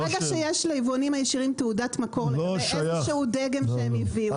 אז ברגע שיש ליבואנים הישירים תעודת מקור לאיזשהו דגם שהם הביאו,